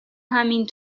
همین